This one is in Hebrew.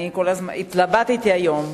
התלבטתי היום,